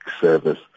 service